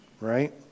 Right